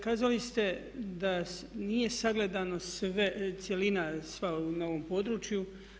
Kazali ste da nije sagledana cjelina sva na ovom području.